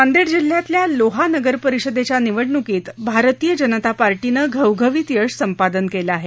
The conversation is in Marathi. नांदेड जिल्ह्यातल्या लोहा नगर परिषदेच्या निवडणुकीत भारतीय जनता पार्टीनं घवघवीत यश संपादन केलं आहे